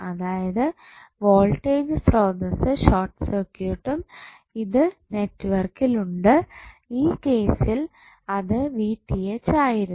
അതായത് വോൾട്ടേജ് സ്രോതസ്സ് ഷോർട്ട് സർക്യൂട്ടും ഇത് നെറ്റ്വർക്കിൽ ഉണ്ട് ഈ കേസിൽ അത് ആയിരുന്നു